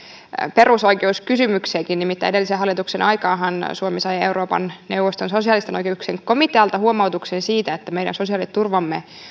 perusoikeuskysymyksiäkin nimittäin edellisen hallituksen aikaanhan suomi sai euroopan neuvoston sosiaalisten oikeuksien komitealta huomautuksen siitä että meidän sosiaaliturvamme